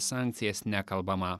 sankcijas nekalbama